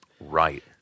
Right